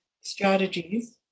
strategies